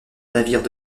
navires